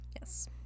Yes